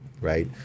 right